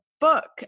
book